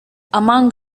among